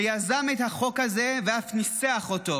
שיזם את החוק הזה ואף ניסח אותו.